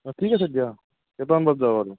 অঁ ঠিক আছে দিয়া কেইটামান বজাত যাবা আৰু